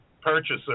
purchaser